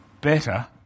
better